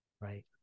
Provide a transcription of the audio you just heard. Right